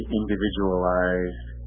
individualized